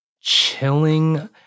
chilling